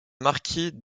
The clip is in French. marquis